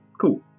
Cool